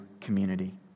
community